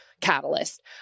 catalyst